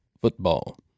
football